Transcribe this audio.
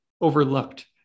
overlooked